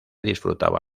disfrutaba